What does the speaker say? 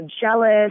jealous